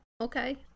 Okay